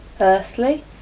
earthly